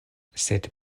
sed